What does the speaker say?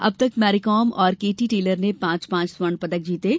अब तक मेरिकॉम और केटी टेलर ने पांच पांच स्वर्ण पदक जीते हैं